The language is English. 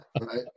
Right